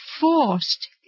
forced